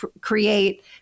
create